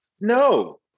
no